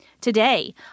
Today